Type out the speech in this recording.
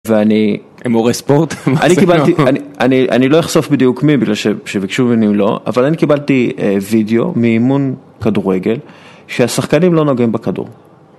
ואני... מורה ספורט? אני קיבלתי... אני לא אכסוף בדיוק מי, בגלל שבקשו בני לא, אבל אני קיבלתי וידאו מאימון כדורגל, שהשחקנים לא נוגעים בכדור.